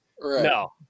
No